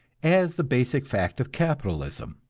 as the basic fact of capitalism,